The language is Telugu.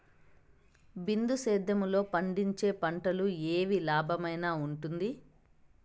బిందు సేద్యము లో పండించే పంటలు ఏవి లాభమేనా వుంటుంది?